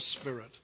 Spirit